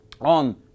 on